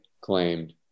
claimed